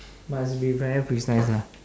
must be very precise lah